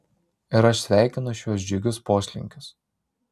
ir aš sveikinu šiuos džiugius poslinkius